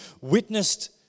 witnessed